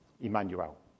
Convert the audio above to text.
Emmanuel